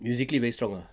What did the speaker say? musically very strong ah